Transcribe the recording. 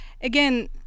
again